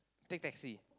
take taxi